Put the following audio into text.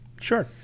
Sure